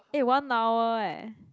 eh one hour eh